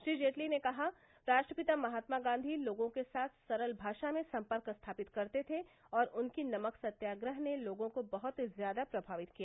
श्री जेटली ने कहा राष्ट्रपिता महात्मा गांधी लोगों के साथ सरल भाषा में संपर्क स्थापित करते थे और उनकी नमक सत्याग्रह ने लोगों को बहुत ज्यादा प्रभावित किया